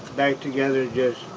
back together yeah